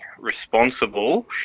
responsible